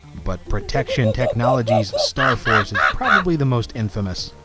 but protection technologies' starforce is probably the most infamous.